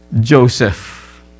Joseph